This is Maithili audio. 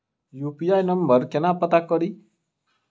यु.पी.आई नंबर केना पत्ता कड़ी?